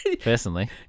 personally